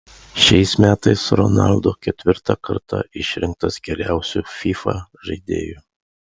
šiais metais ronaldo ketvirtą kartą išrinktas geriausiu fifa žaidėju